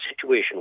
situation